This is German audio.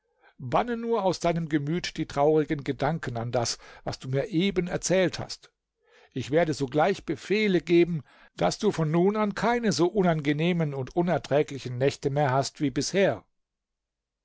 banne nur aus deinem gemüt die traurigen gedanken an das was du mir eben erzählt hast ich werde sogleich befehle geben daß du von nun an keine so unangenehmen und unerträglichen nächte mehr hast wie bisher